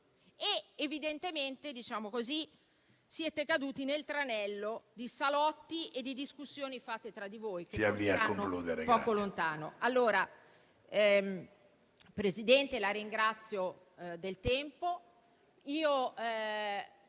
Evidentemente siete caduti nel tranello di salotti e discussioni fatte tra di voi, che porteranno poco lontano.